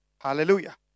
Hallelujah